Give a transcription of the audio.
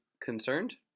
concerned